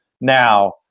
Now